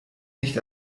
nicht